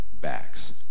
backs